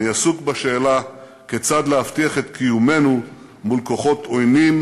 אני עסוק בשאלה כיצד להבטיח את קיומנו מול כוחות עוינים,